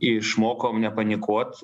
išmokom nepanikuot